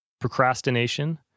procrastination